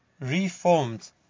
reformed